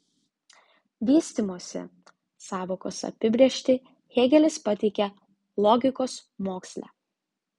vystymosi sąvokos apibrėžtį hėgelis pateikia logikos moksle